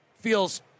feels